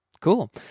Cool